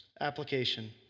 Application